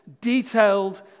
detailed